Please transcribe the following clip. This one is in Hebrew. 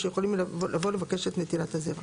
שיכולים לבוא לבקש את נטילת הזרע.